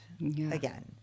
again